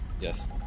Yes